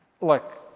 look